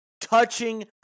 touching